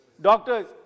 doctors